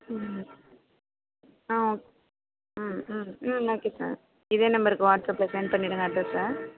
ம் ஆ ம் ம் ம் ஓகே சார் இதே நம்பருக்கு வாட்ஸ்அப்பில் சென்ட் பண்ணிவிடுங்க அட்ரஸ்ஸை